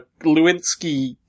Lewinsky